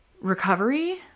recovery